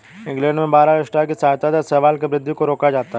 England में barley straw की सहायता से शैवाल की वृद्धि को रोका जाता है